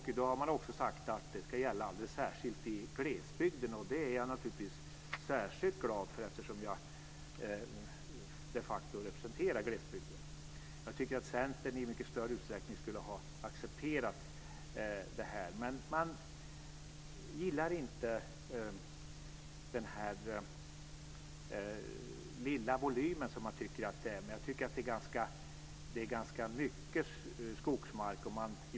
Man har också sagt att det ska gälla alldeles särskilt i glesbygden, vilket jag naturligtvis är speciellt glad för eftersom jag de facto representerar glesbygden. Jag tycker att Centern skulle ha accepterat detta i mycket större utsträckning, men man gillar inte den lilla volym som man tycker att det innebär. Jag tycker att det gäller ganska mycket skogsmark.